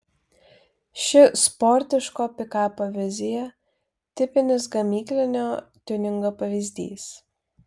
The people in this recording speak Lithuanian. ši sportiško pikapo vizija tipinis gamyklinio tiuningo pavyzdys